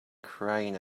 crying